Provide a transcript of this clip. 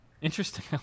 Interesting